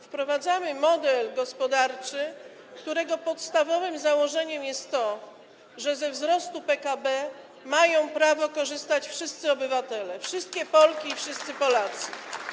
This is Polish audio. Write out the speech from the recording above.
Wprowadzamy model gospodarczy, którego podstawowym założeniem jest to, że ze wzrostu PKB mają prawo korzystać wszyscy obywatele, wszystkie Polki i wszyscy Polacy.